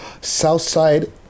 Southside